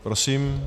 Prosím.